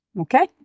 Okay